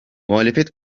muhalefet